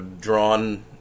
drawn